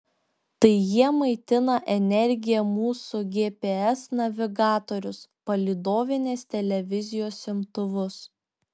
tai jie maitina energija mūsų gps navigatorius palydovinės televizijos imtuvus